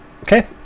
Okay